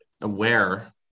aware